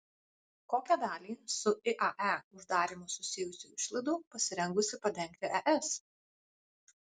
kokią dalį su iae uždarymu susijusių išlaidų pasirengusi padengti es